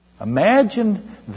Imagine